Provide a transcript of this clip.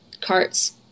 carts